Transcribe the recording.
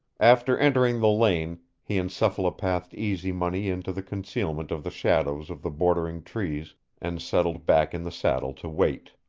after entering the lane, he encephalopathed easy money into the concealment of the shadows of the bordering trees and settled back in the saddle to wait.